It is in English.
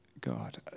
God